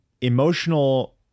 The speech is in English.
emotional